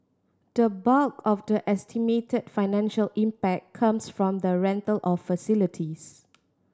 the bulk of the estimated financial impact comes from the rental of facilities